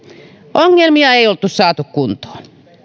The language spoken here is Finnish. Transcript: ongelmia ei oltu saatu kuntoon